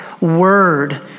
word